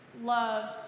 love